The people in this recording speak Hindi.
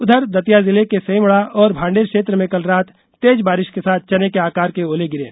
उधर दतिया जिले के सेमड़ा और भांडेर क्षेत्र में कल रात तेज बारिश के साथ चने के आकार के ओले गिरे